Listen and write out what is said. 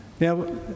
Now